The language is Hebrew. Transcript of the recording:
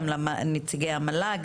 גם לנציגי המל"ג,